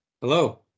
Hello